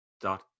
dot